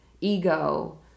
ego